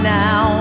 now